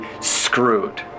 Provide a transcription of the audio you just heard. screwed